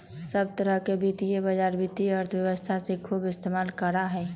सब तरह के वित्तीय बाजार वित्तीय अर्थशास्त्र के खूब इस्तेमाल करा हई